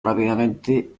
rápidamente